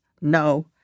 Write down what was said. no